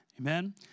Amen